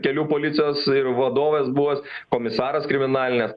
kelių policijos vadovas buvęs komisaras kriminalinės